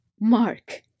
Mark